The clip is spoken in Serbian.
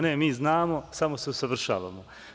Ne, mi znamo, samo se usavršavamo.